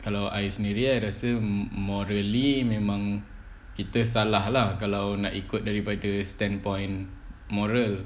kalau I sendiri ah rasa mm morally memang kita salah lah kalau nak ikut daripada standpoint moral